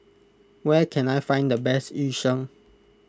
where can I find the best Yu Sheng